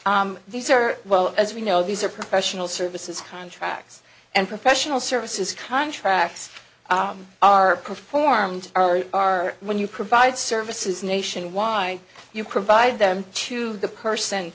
normally these are well as we know these are professional services contracts and professional services contracts are performed are are when you provide services nation why you provide them to the person